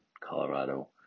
Colorado